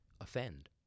offend